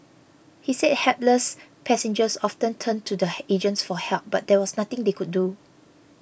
he said hapless passengers often turned to the agents for help but there was nothing they could do